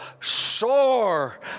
soar